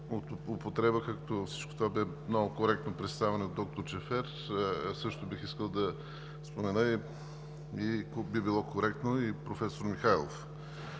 употреба, както всичко това бе много коректно представено от доктор Джафер, а също бих искал да спомена и би било коректно, и професор Михайлов.